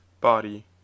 body